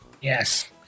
Yes